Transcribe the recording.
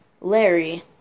Larry